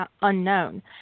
unknown